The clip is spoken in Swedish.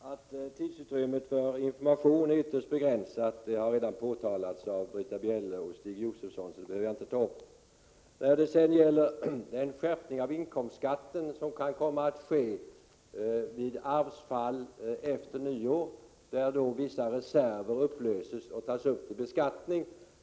Herr talman! Att tiden för information är ytterst begränsad har redan påtalats av Britta Bjelle och Stig Josefson, så det behöver jag inte ta upp. Jag tycker att Torsten Karlsson har ett mycket dåligt försvar när det gäller den skärpning av inkomstskatten som kan komma att ske vid arvsfall som inträffar efter nyår, då vissa reserver upplöses och tas upp till beskattning.